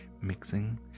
mixing